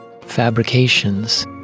fabrications